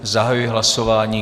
Zahajuji hlasování.